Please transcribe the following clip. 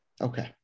Okay